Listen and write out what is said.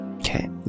Okay